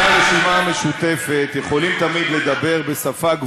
מאז היא חוששת להגיע לבית-הספר.